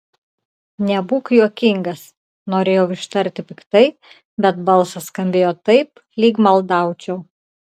nebūk juokingas norėjau ištarti piktai bet balsas skambėjo taip lyg maldaučiau